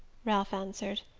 ralph answered.